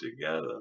together